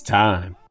time